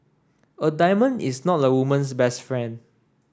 a diamond is not a woman's best friend